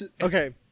okay